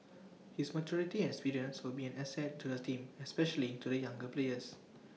his maturity and experience will be an asset to the team especially to the younger players